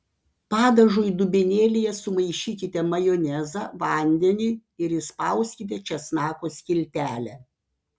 padažui dubenėlyje sumaišykite majonezą vandenį ir įspauskite česnako skiltelę